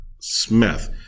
Smith